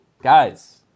guys